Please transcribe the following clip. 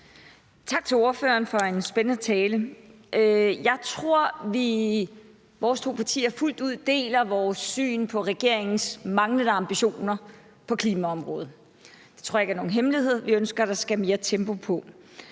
Tak til ordføreren for en spændende tale. Jeg tror, at vores to partier fuldt ud deler synet på regeringens manglende ambitioner på klimaområdet. Jeg tror ikke, det er nogen hemmelighed, at vi ønsker, at der skal mere tempo på.